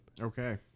Okay